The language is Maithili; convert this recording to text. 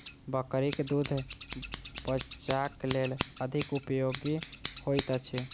बकरीक दूध बच्चाक लेल अधिक उपयोगी होइत अछि